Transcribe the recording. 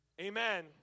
Amen